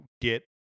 get